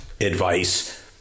advice